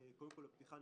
קודם כול לפתיחה,